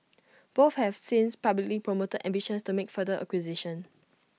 both have since publicly promoted ambitions to make further acquisitions